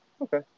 Okay